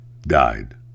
died